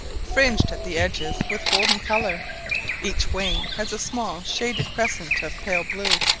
fringed at the edges with golden colour each wing has a small shaded crescent of pale blue,